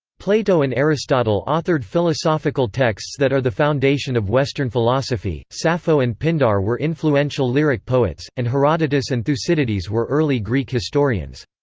plato and aristotle authored philosophical texts that are the foundation of western philosophy, sappho and pindar were influential lyric poets, and herodotus and thucydides were early greek historians.